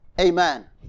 Amen